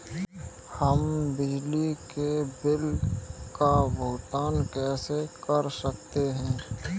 हम बिजली के बिल का भुगतान कैसे कर सकते हैं?